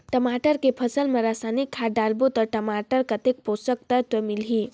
टमाटर के फसल मा रसायनिक खाद डालबो ता टमाटर कतेक पोषक तत्व मिलही?